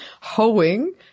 Hoeing